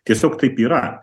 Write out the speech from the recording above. tiesiog taip yra